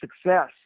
success